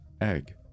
Egg